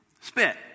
Spit